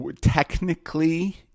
technically